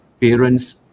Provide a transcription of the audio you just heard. parents